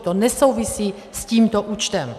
To nesouvisí s tímto účtem.